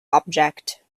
object